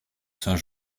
saint